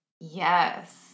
Yes